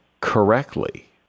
correctly